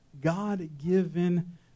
God-given